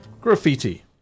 Graffiti